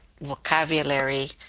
vocabulary